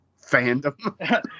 fandom